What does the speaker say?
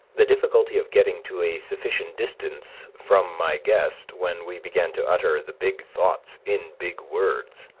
the difficulty of getting to a sufficient distance from my guest when we began to utter the big thoughts in big words.